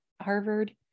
Harvard